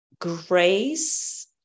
grace